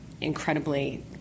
incredibly